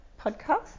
podcast